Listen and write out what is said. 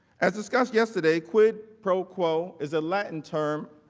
as discussed yesterday, quid pro quo is a latin term,